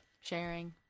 Sharing